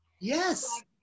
Yes